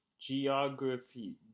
geography